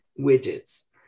widgets